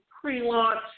pre-launch